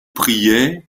priait